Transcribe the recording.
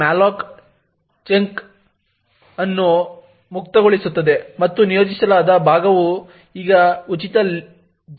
ptmalloc chunk ಅನ್ನು ಮುಕ್ತಗೊಳಿಸುತ್ತದೆ ಮತ್ತು ನಿಯೋಜಿಸಲಾದ ಭಾಗವು ಈಗ ಉಚಿತ ಚಂಕ್ ಆಗುತ್ತದೆ